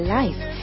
life